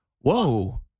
Whoa